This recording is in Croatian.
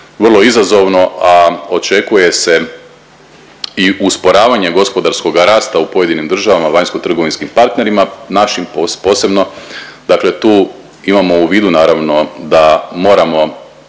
vrlo izazovno, a očekuje se i usporavanje gospodarskog rasta u pojedinim državama vanjskotrgovinskim partnerima, našim posebno. Dakle, tu imamo u vidu naravno da moramo